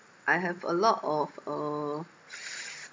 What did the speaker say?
I have a lot of uh